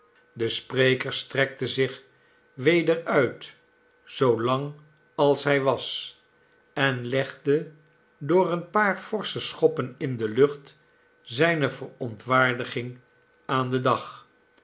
de spreker strekte zich weder uit zoo lang als hij was en legde door een paar forsche schoppen in de lucht zijne verontwaardiging aan den dag